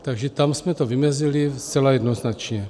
Takže tam jsme to vymezili zcela jednoznačně.